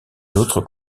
l’autre